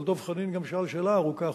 אבל דב חנין גם שאל שאלה ארוכה,